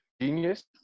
Genius